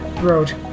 wrote